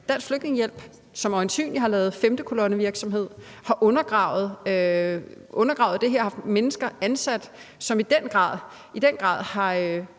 Dansk Flygtningehjælp, som øjensynligt har lavet femtekolonnevirksomhed, har undergravet det her, altså har haft mennesker ansat, som i den grad har